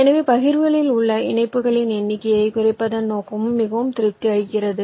எனவே பகிர்வுகளில் உள்ள இணைப்புகளின் எண்ணிக்கையைக் குறைப்பதன் நோக்கமும் மிகவும் திருப்தி அளிக்கிறது